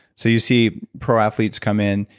so you see pro athletes come in,